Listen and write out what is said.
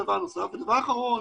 הדבר האחרון